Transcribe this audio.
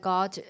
God